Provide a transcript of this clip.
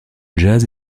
jazz